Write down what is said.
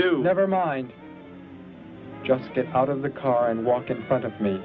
do never mind just get out of the car and walk in front of me